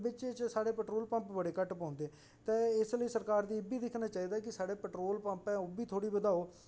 ते बिच्च बिच्च साढ़े पेट्रोल पंप बड़े घट्ट पौंदे ते इस लेई सरकार दी इब्भी दिक्खना चाहिदा कि साढ़े पट्रोल पंप ऐ ओह्बी थोह्ड़े बधाओ